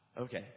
okay